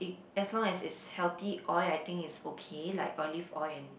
eh as long as it's healthy oil I think it's okay like olive oil and